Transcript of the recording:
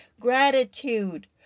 gratitude